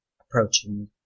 approaching